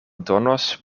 donos